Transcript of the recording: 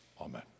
Amen